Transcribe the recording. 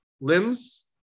limbs